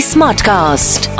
Smartcast